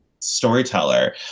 storyteller